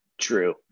True